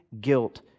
guilt